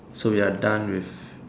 so we are done with